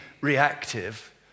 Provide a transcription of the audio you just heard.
reactive